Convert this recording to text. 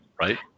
right